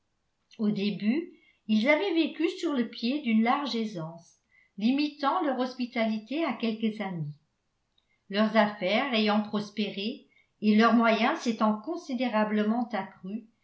au début ils avaient vécu sur le pied d'une large aisance limitant leur hospitalité à quelques amis leurs affaires ayant prospéré et leurs moyens s'étant considérablement accrus